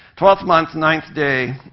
twelfth month, ninth day,